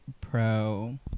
pro